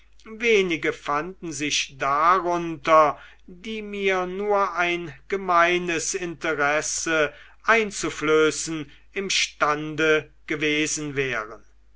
wenige fanden sich darunter die mir nur ein gemeines interesse einzuflößen imstande gewesen wären